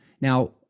Now